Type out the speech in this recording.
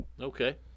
Okay